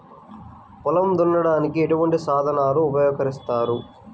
పొలం దున్నడానికి ఎటువంటి సాధనాలు ఉపకరిస్తాయి?